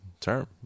term